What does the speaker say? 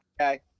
Okay